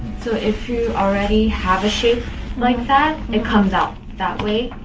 so. if you already have a shape like that, it comes out that way